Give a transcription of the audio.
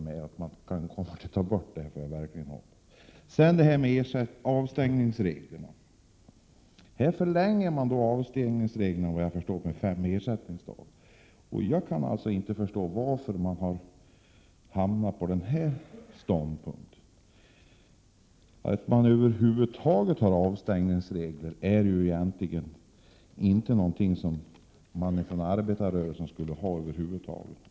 Sedan till det här med avstängningsreglerna. Här förlängs avstängningstiden, om jag har förstått det rätt, med fem ersättningsdagar. Jag kan inte förstå varför man har intagit denna ståndpunkt. Avstängningsregler är ju någonting som arbetarrörelsen över huvud taget inte borde acceptera.